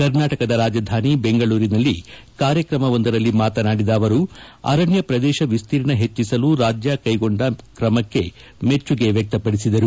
ಕರ್ನಾಟಕ ರಾಜಧಾನಿ ಬೆಂಗಳೂರಿನಲ್ಲಿ ಕಾರ್ಯಕ್ರಮವೊಂದರಲ್ಲಿ ಮಾತನಾಡಿದ ಅವರು ಅರಣ್ಣ ಪ್ರದೇಶ ವಿಸ್ತೀರ್ಣ ಹೆಚ್ಚಿಸಲು ರಾಜ್ಯ ಕೈಗೊಂಡ ಕ್ರಮಕ್ಕೆ ಮೆಚ್ಚುಗೆ ವ್ಯಕ್ತಪಡಿಸಿದರು